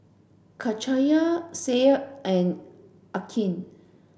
Cahaya Syed and Aqil